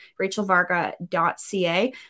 rachelvarga.ca